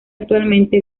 actualmente